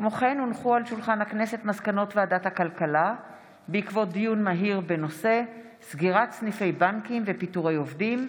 כמו כן הונחו מסקנות ועדת הכלכלה בעקבות דיון מהיר בהצעתו של